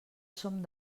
som